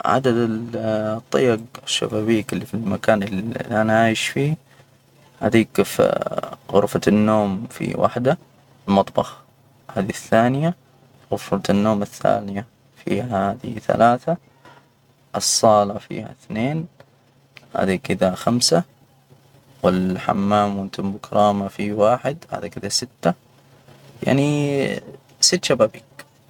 عدد الطايج الشبابيك اللي في المكان اللي أنا عايش فيه هذيك في غرفة النوم في وحدة، المطبخ هذى الثانية، غرفة النوم الثانية في هذى ثلاثة. الصالة فيها إثنين، هذى كده خمسة. والحمام في واحد، هذى كدا ستة يعني ست شبابيك.